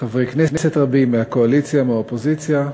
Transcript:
חברי כנסת רבים, מהקואליציה, מהאופוזיציה.